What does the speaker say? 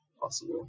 possible